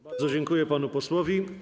Bardzo dziękuję panu posłowi.